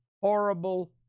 horrible